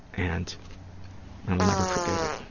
and i'll never forget it.